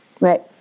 right